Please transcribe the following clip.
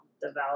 develop